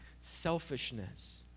selfishness